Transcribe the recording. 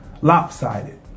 lopsided